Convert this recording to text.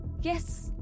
Yes